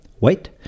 Wait